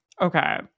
okay